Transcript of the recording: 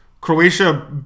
Croatia